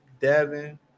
Devin